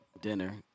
dinner